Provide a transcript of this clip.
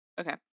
Okay